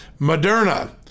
Moderna